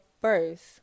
first